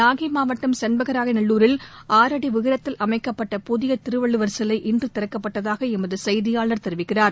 நாகை மாவட்டம் செண்பகராய நல்லூரில் ஆறு அடி உயரத்தில் அமைக்கப்பட்ட புதிய திருவள்ளுவர் சிலை இன்று திறக்கப்பட்டதாக எமது செய்தியாளர் தெரிவிக்கிறார்